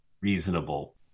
reasonable